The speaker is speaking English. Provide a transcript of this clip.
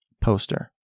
poster